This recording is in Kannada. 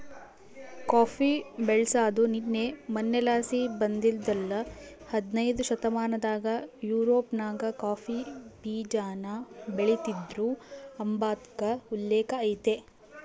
ಕಾಫಿ ಬೆಳ್ಸಾದು ನಿನ್ನೆ ಮನ್ನೆಲಾಸಿ ಬಂದಿದ್ದಲ್ಲ ಹದನೈದ್ನೆ ಶತಮಾನದಾಗ ಯುರೋಪ್ನಾಗ ಕಾಫಿ ಬೀಜಾನ ಬೆಳಿತೀದ್ರು ಅಂಬಾದ್ಕ ಉಲ್ಲೇಕ ಐತೆ